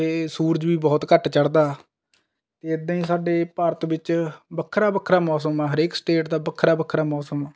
ਉੱਥੇ ਸੂਰਜ ਵੀ ਬਹੁਤ ਘੱਟ ਚੜ੍ਹਦਾ ਅਤੇ ਇੱਦਾਂ ਹੀ ਸਾਡੇ ਭਾਰਤ ਵਿੱਚ ਵੱਖਰਾ ਵੱਖਰਾ ਮੌਸਮ ਹੈ ਹਰੇਕ ਸਟੇਟ ਦਾ ਵੱਖਰਾ ਵੱਖਰਾ ਮੌਸਮ